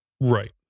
Right